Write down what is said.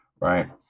right